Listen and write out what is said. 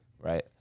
Right